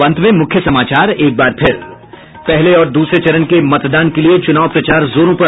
और अब अंत में मुख्य समाचार एक बार फिर पहले और दूसरे चरण के मतदान के लिये चूनाव प्रचार जोरों पर